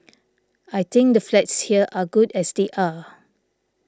I think the flats here are good as they are